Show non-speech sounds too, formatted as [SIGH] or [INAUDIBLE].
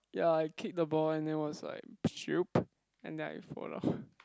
ya I kicked the ball and it was like [NOISE] and then I fall down [BREATH]